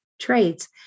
traits